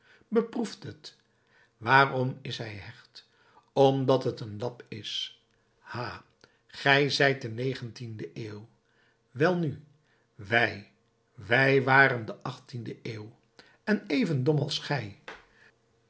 beproeft het waarom is hij hecht omdat t een lap is ha gij zijt de negentiende eeuw welnu wij wij waren de achttiende eeuw en even dom als gij